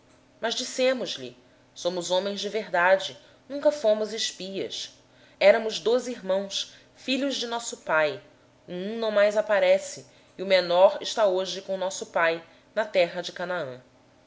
mas dissemos lhe somos homens de retidão não somos espias somos doze irmãos filhos de nosso pai um já não existe e o mais novo está hoje com nosso pai na terra de canaã